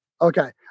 Okay